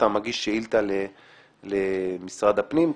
אתה מגיש שאילתה למשרד הפנים,